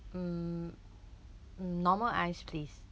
mm normal ice please